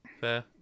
Fair